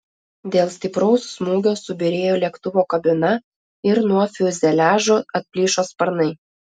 dėl stipraus smūgio subyrėjo lėktuvo kabina ir nuo fiuzeliažo atplyšo sparnai